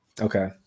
Okay